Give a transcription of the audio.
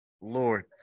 Lord